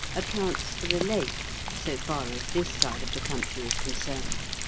accounts for the lake, so far as this side of the country is concerned.